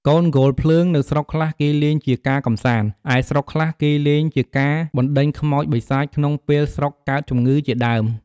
កូនគោលភ្លើង នៅស្រុកខ្លះគេលេងជាការកម្សាន្ដ ឯស្រុកខ្លះគេលងជាការបរណ្ដេញខ្មោចបិសាចក្នុងពេលស្រុកកើតជម្ងឺជាដើម។